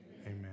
Amen